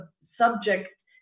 subject